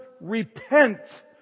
repent